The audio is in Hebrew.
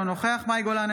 אינו נוכח מאי גולן,